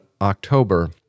October